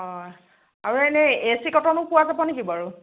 অঁ আৰু এনেই এ চি কটনো পোৱা যাব নেকি বাৰু